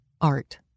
Art